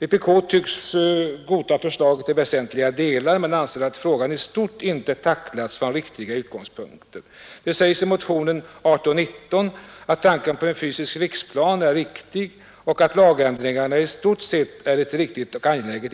Vpk tycks godta förslaget i väsentliga delar, men anser att frågan i stort inte tacklats från riktiga utgångspunkter. Det sägs i motionen 1819 att tanken på en fysisk riksplan är riktig och att lagändringarna i stort sett är ett angeläget